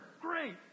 Great